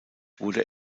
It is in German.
wurde